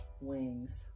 Wings